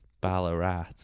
Ballarat